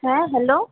হ্যাঁ হ্যালো